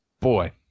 Boy